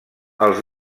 els